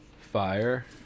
Fire